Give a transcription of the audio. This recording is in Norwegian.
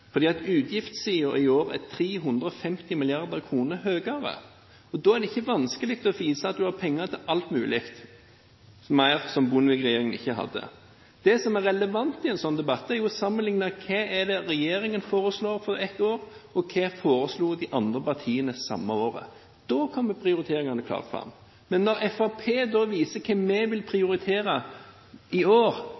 er 350 mrd. kr høyere. Da er det ikke vanskelig å vise at man har penger til alt mulig – og mer enn det Bondevik-regjeringen hadde. Det som er relevant i en sånn debatt, er jo å sammenligne hva regjeringen foreslår for ett år, med hva de andre partiene foreslår samme året. Da kommer prioriteringene klart fram. Men når Fremskrittspartiet viser hva vi vil